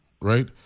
right